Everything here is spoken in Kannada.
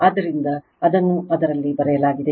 ಆದ್ದರಿಂದ ಅದನ್ನು ಅದರಲ್ಲಿ ಬರೆಯಲಾಗಿದೆ